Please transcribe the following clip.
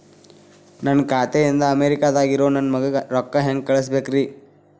ನನ್ನ ಖಾತೆ ಇಂದ ಅಮೇರಿಕಾದಾಗ್ ಇರೋ ನನ್ನ ಮಗಗ ರೊಕ್ಕ ಹೆಂಗ್ ಕಳಸಬೇಕ್ರಿ?